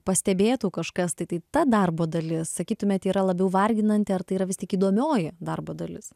pastebėtų kažkas tai tai ta darbo dalis sakytumėt yra labiau varginanti ar tai yra vis tik įdomioji darbo dalis